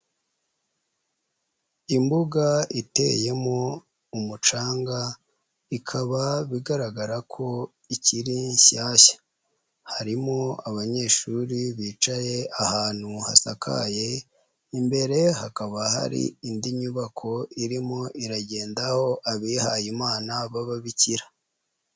Imbuga iteyemo umucanga bikaba bigaragara ko ikiri shyashya, harimo abanyeshuri bicaye ahantu hasakaye, imbere hakaba hari indi nyubako irimo iragendaho abihaye Imana b'ababikira.